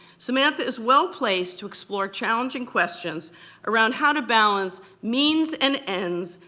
samantha is well-placed to explore challenging questions around how to balance means and ends,